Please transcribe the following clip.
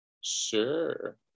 Sure